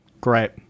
Great